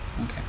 okay